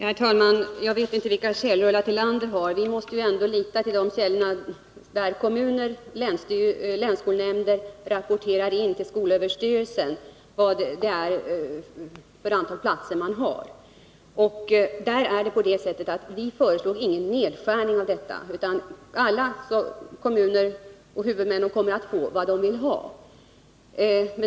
Herr talman! Jag vet inte vilka källor Ulla Tillander har. Vi i regeringskansliet måste emellertid lita till de uppgifter om antalet platser som kommuner och länsskolnämnder rapporterar in till skolöverstyrelsen. Därvid står det klart att vi inte föreslår någon nedskärning utan att alla huvudmän kommer att få vad de vill ha.